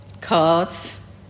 cards